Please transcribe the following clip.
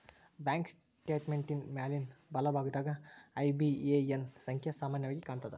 bank ಸ್ಟೇಟ್ಮೆಂಟಿನ್ ಮ್ಯಾಲಿನ್ ಬಲಭಾಗದಾಗ ಐ.ಬಿ.ಎ.ಎನ್ ಸಂಖ್ಯಾ ಸಾಮಾನ್ಯವಾಗಿ ಕಾಣ್ತದ